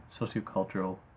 sociocultural